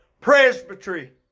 presbytery